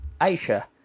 Aisha